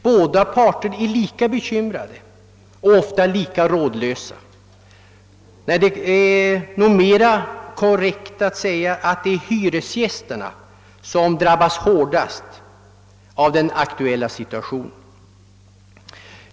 Båda parter är lika bekymrade och ofta lika rådlösa — nej, det är nog mera korrekt att säga att det är hyresgästerna som drabbas hårdast av den aktuella situationen.